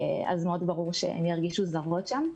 ולכן מאוד ברור שהן ירגישו זרות שם.